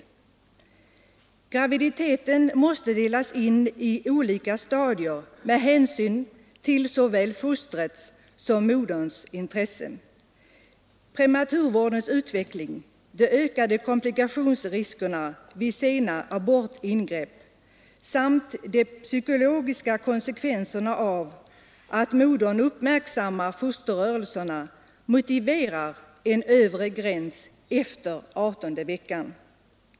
Graviditeten måste delas in i olika stadier med hänsyn till såväl fostrets som moderns intressen. Prematurvårdens utveckling, de ökade komplikationsriskerna vid sena abortingrepp samt de psykologiska konsekvenserna av att modern uppmärksammar fosterrörelserna motiverar en övre gräns efter 18:e veckan.